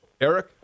Eric